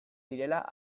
direla